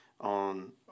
on